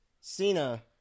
Cena